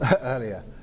earlier